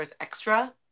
extra